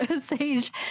Sage